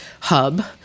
hub